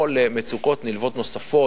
או לנוכח מצוקות נלוות נוספות.